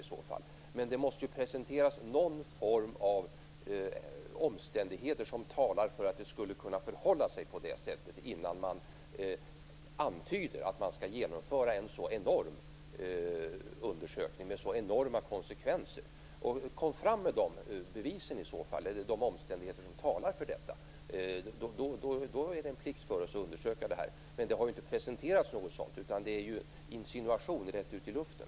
Det måste dock presenteras någon form av omständigheter som talar för att det skulle kunna förhålla sig på det sättet innan man antyder att man skall genomföra en så enorm undersökning, med så enorma konsekvenser. Kom i så fall fram med bevis eller omständigheter som talar för detta! Då är det en plikt för oss att undersöka det här. Det har dock inte presenterats något sådant, utan det är fråga om insinuationer rätt ut i luften.